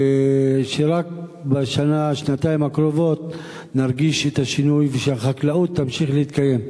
ושרק בשנה-שנתיים הקרובות נרגיש את השינוי ושהחקלאות תמשיך להתקיים.